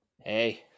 Hey